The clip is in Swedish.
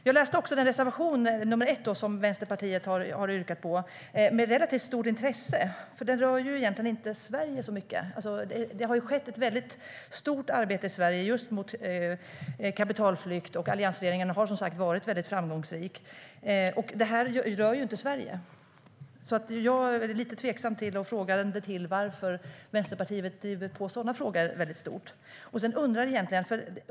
Jag har läst reservation nr 1, som Vänsterpartiet har yrkat bifall till, med relativt stort intresse. Den rör egentligen inte Sverige så mycket. Det har ju skett ett stort arbete i Sverige just mot kapitalflykt, och där har alliansregeringen som sagt varit väldigt framgångsrik. Det här rör ju inte Sverige, så jag är lite tveksam och frågande till att Vänsterpartiet så starkt driver sådana frågor.